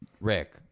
Rick